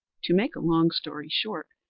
to make a long story short,